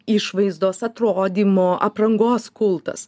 išvaizdos atrodymo aprangos kultas